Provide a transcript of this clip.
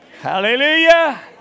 Hallelujah